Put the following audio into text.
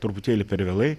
truputėlį per vėlai